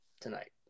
tonight